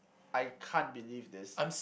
I can't believe this